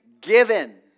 given